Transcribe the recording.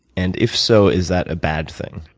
and, if so, is that a bad thing?